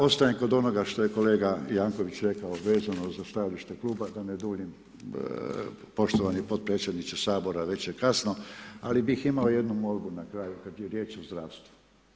Ostajem kod onoga što je kolega Jankovics reko vezano za stajalište kluba, da ne duljim poštovani potpredsjedniče Sabora već je kasno, ali bih imao jednu molbu na kraju kad je riječ o zdravstvu.